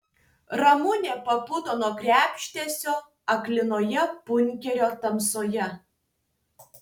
ramunė pabudo nuo krebždesio aklinoje bunkerio tamsoje